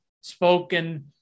spoken